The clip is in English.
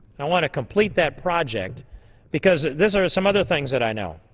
i want to complete that project because this is some other things that i know.